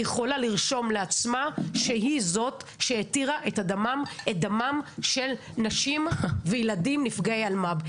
היא יכולה לרשום לעצמה שהיא זאת שהתירה את דמם נשים וילדים נפגעי אלמ"ב.